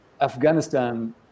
Afghanistan